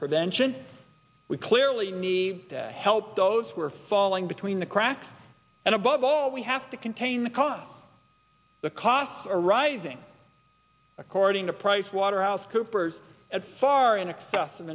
prevention we clearly need to help those who are falling between the cracks and above all we have to contain the con the costs are rising according to pricewaterhouse coopers at far in excess